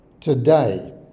today